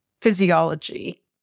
physiology